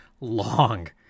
long